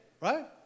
Right